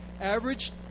average